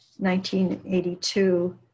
1982